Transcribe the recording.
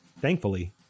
Thankfully